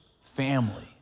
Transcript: family